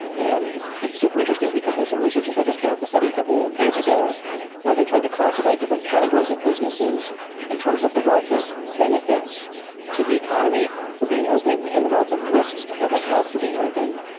and it's super interesting, because there are some researchers that just count for study a couple days ago where they tried to classify different categories of businesses in terms of the relative benefits to the economy for being open and the relative risks to public health for being open.